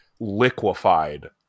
Liquefied